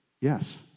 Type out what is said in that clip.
Yes